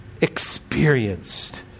experienced